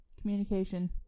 Communication